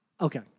Okay